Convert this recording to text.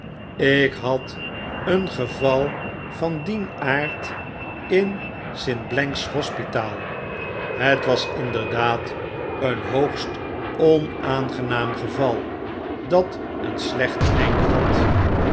ik had een geval van dien aard in st blank's hospitaal het was inderdaad een hoogst onaangenaam geval dat een slecht einde had